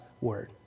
word